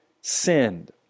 sinned